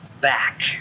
back